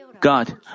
God